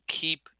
keep